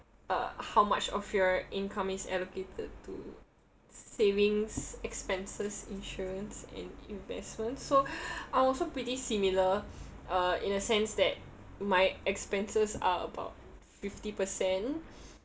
uh how much of your income is allocated to savings expenses insurance and investments so I'm pretty similar uh in a sense that my expenses are about fifty percent